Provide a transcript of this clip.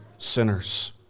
sinners